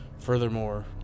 Furthermore